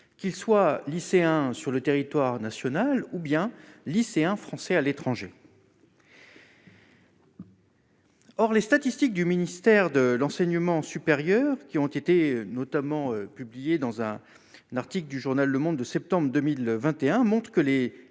qu'ils soient lycéens sur le territoire national ou bien lycéens français à l'étranger. Or, les statistiques du ministère de l'enseignement supérieur qui ont été notamment publié dans un article du journal Le Monde 2 septembre 2021 montent que les